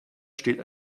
steht